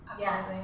yes